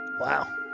Wow